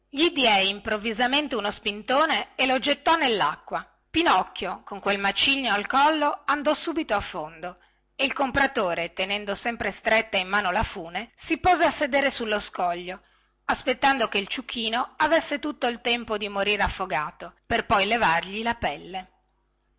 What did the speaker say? gli diè improvvisamente uno spintone e lo gettò nellacqua pinocchio con quel macigno al collo andò subito a fondo e il compratore tenendo sempre stretta in mano la fune si pose a sedere sullo scoglio aspettando che il ciuchino avesse tutto il tempo di morire affogato per poi levargli la pelle